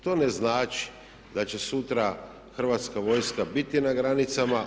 To ne znači da će sutra hrvatska vojska biti na granicama.